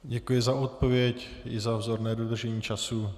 Děkuji za odpověď i za vzorné dodržení času.